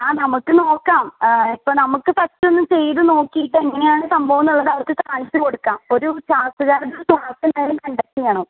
ആ നമുക്ക് നോക്കാം ഇപ്പം നമുക്ക് ഫസ്റ്റൊന്ന് ചെയ്ത് നോക്കീട്ട് എങ്ങനെയാണ് സംഭവം എന്നുള്ളത് അവർക്ക് കാണിച്ച് കൊടുക്കാം ഒരു ക്ലാസ്കാർക്ക് ക്ലാസ് എന്തായാലും കണ്ടക്ട് ചെയ്യണം